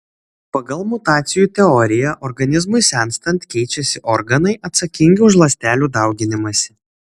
pagal mutacijų teoriją organizmui senstant keičiasi organai atsakingi už ląstelių dauginimąsi